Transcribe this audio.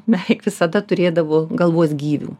beveik visada turėdavo galvos gyvių